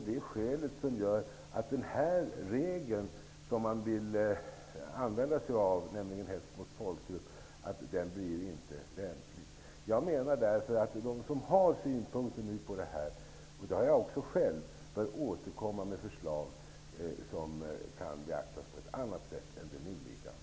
Det gör att den regel som man vill använda sig av, nämligen den om hets mot folkgrupp, inte är lämplig. Jag menar därför att de som har synpunkter på detta -- det har jag själv också -- bör återkomma med förslag som kan beaktas på ett annat sätt än det nu liggande.